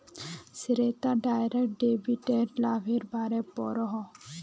Shweta direct डेबिटेर लाभेर बारे पढ़ोहो